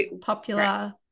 popular